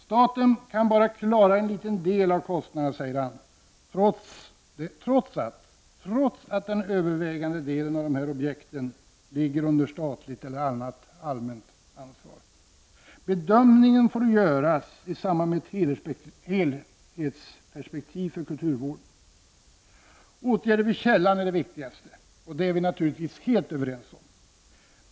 Staten kan bara klara en liten del av kostnaderna, säger han, trots att den övervägande delen av objekten ligger under statligt eller annat allmänt ansvar. Bedömningen får göras i samband med ett helhetsperspektiv på kulturvården. Åtgärder vid källan är det viktigaste, och det är vi naturligtvis helt överens om.